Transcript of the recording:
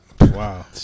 Wow